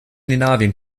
skandinavien